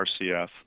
RCF